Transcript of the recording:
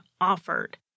offered